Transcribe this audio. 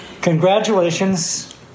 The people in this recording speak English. Congratulations